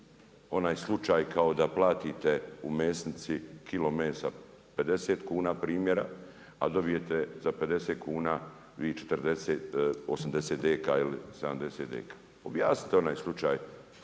onaj slučaj kao da platite u mesnici kilo mesa 50 kuna primjera, a dobijete za 50 kuna, vi 40 ili 80 deka ili 70 deka. Objasnite onaj slučaj